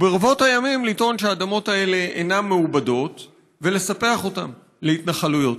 וברבות הימים לטעון שהאדמות האלה אינן מעובדות ולספח אותן להתנחלויות?